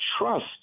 trust